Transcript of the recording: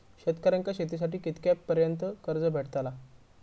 शेतकऱ्यांका शेतीसाठी कितक्या पर्यंत कर्ज भेटताला?